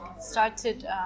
started